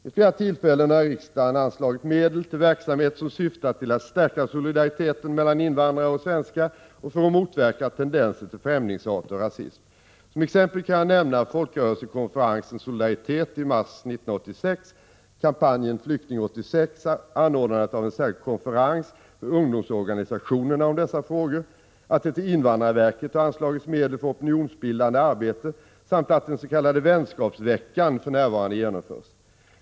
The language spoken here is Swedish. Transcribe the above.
Vid flera tillfällen har riksdagen anslagit medel till verksamhet som syftar till att stärka solidariteten mellan invandrare och svenskar och för att motverka tendenser till främlingshat och rasism. Som exempel kan jag nämna folkrörelsekonferensen Solidaritet i mars 1986, kampanjen Flykting-86, anordnandet av en särskild konferens med ungdomsorganisationerna om dessa frågor, att det till invandrarverket har anslagits medel för opinionsbildande arbete samt att den s.k. vänskapsveckan för närvarande genomförs.